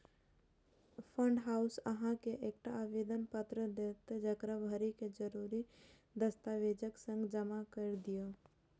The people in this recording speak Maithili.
फंड हाउस अहां के एकटा आवेदन पत्र देत, जेकरा भरि कें जरूरी दस्तावेजक संग जमा कैर दियौ